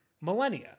millennia